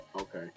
Okay